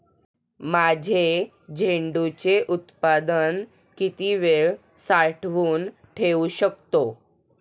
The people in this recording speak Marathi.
माझे झेंडूचे उत्पादन किती वेळ साठवून ठेवू शकतो?